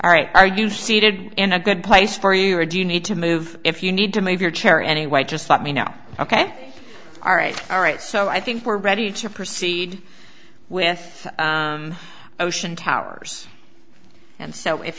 all right are you seated in a good place for you or do you need to move if you need to move your chair anyway just let me now ok all right all right so i think we're ready to proceed with ocean towers and so if